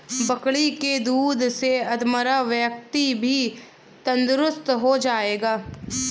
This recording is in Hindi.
बकरी के दूध से अधमरा व्यक्ति भी तंदुरुस्त हो जाएगा